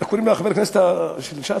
איך קוראים לחבר הכנסת של ש"ס?